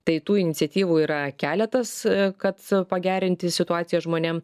tai tų iniciatyvų yra keletas kad pagerinti situaciją žmonėm